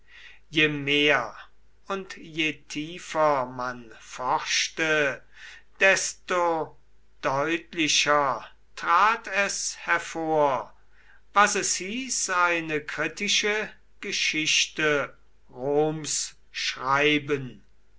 je mehr und je tiefer man forschte desto deutlicher trat es hervor was es hieß eine kritische geschichte roms schreiben